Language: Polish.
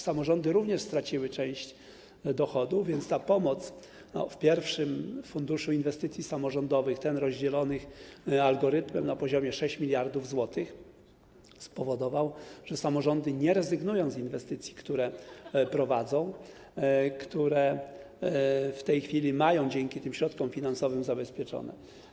Samorządy również straciły część dochodów, więc ta pomoc w pierwszym Funduszu Inwestycji Samorządowych, tym rozdzielonym algorytmem na poziomie 6 mld zł, spowodował, że samorządy nie rezygnują z inwestycji, które prowadzą, które dzięki tym środkom finansowym mają zabezpieczone.